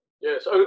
Yes